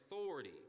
authority